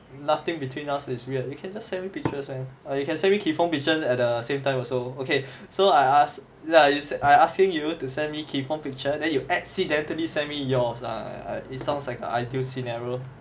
nothing between us is weird you can just sent me pictures when ah you can just send me kee fong pictures at the same time also okay so I ask ya is I asking you to send me kee fong picture then you accidentally sent me yours ah err it sounds like an ideal scenario